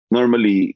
Normally